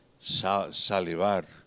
Salivar